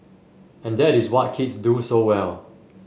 and that is what kids do so well